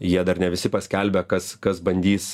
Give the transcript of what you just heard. jie dar ne visi paskelbę kas kas bandys